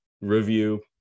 review